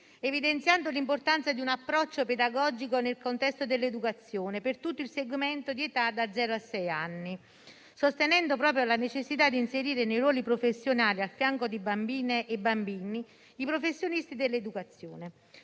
evidenziando l'importanza di un approccio pedagogico nel contesto dell'educazione per tutto il segmento di età da zero a sei anni, sostenendo proprio la necessità di inserire nei ruoli professionali, a fianco di bambine e bambini, i professionisti dell'educazione.